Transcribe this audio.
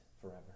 forever